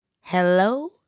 hello